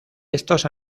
estos